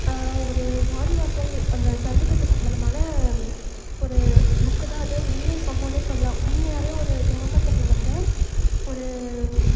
ஒரு வாடிவாசல் அந்த ஜல்லிக்கட்டு சம்பந்தமான ஒரு புக்கு தான் அது உண்மை சம்பவம்னே சொல்லலாம் உண்மையாகவே ஒரு கிராமத்தில் நடந்த ஒரு